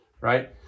Right